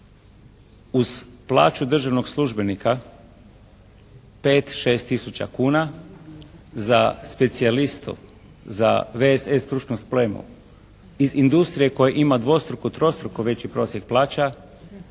uz plaću državnog službenika 5, 6 tisuća kuna za specijalistu, za VSS stručnu spremu iz industrije koja ima dvostruko, trostruko veći prosjek plaća